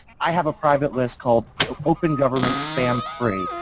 i have a private list called open government spam free,